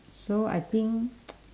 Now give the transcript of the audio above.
so I think